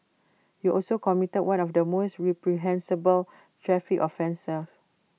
you also committed one of the most reprehensible traffices offences